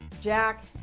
Jack